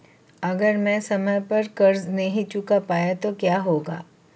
अगर मैं समय पर कर्ज़ नहीं चुका पाया तो क्या होगा?